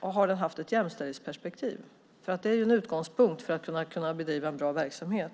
och ett jämställdhetsperspektiv. Det är en utgångspunkt för att kunna bedriva en bra verksamhet.